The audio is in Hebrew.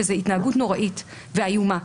שזה התנהגות נוראית ואיומה,